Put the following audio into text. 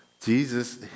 Jesus